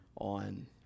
on